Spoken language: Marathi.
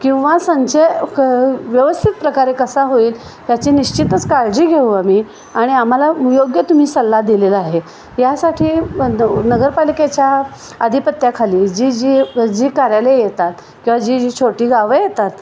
किंवा संचय व्यवस्थित प्रकारे कसा होईल याची निश्चितच काळजी घेऊ आ्ही आणि आम्हाला योग्य तुम्ही सल्ला दिलेला आहे यासाठी नगरपालिकेच्या आधिपत्याखाली जी जी जी कार्यालय येतात किंवा जी जी छोटी गावं येतात